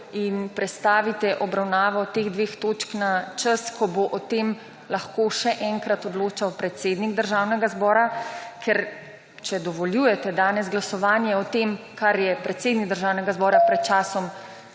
in prestavite obravnavo teh dveh točk na čas, ko bo o tem lahko še enkrat odločal predsednik Državnega zbora, ker če dovoljujete danes glasovanje o tem kar je predsednik Državnega zbora pred časom